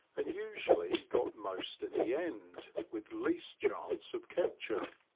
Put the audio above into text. and usually got most in the end, with least chance of capture.